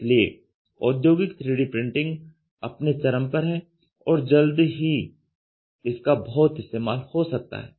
इसलिए औद्योगिक 3D printing अपने चरम पर है और जल्दी ही इसका बहुत इस्तेमाल हो सकता है